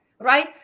right